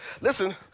Listen